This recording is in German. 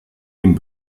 den